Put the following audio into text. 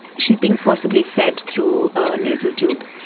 she's being forcibly fed through a nasal tube,